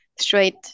straight